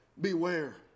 Beware